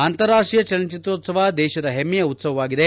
ಅಂತಾರಾಷ್ವೀಯ ಚಲನಚಿತ್ರೋತ್ಲವ ದೇಶದ ಹೆಮ್ಮೆಯ ಉತ್ಲವವಾಗಿದೆ